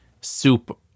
Soup